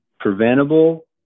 Preventable